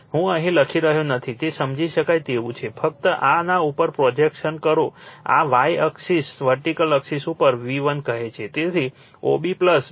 હું અહીં લખી રહ્યો નથી તે સમજી શકાય તેવું છે ફક્ત આના ઉપર પ્રોજેક્શન કરો કે આ y અકસીસ વર્ટીકલ અકસીસ ઉપર V1 કહે છે તેથી OB BA છે